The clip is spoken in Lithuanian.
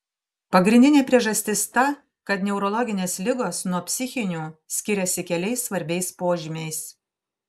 pagrindinė priežastis ta kad neurologinės ligos nuo psichinių skiriasi keliais svarbiais požymiais